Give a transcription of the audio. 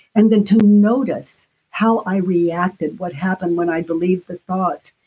and then to notice how i reacted, what happened when i believed the thought,